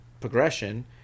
progression